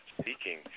speaking